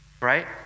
right